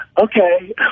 okay